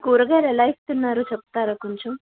కూరగాయలు ఎలా ఇస్తున్నారు చెప్తారా కొంచెం